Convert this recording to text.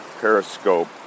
Periscope